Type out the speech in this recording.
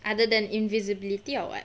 other than invisibility or what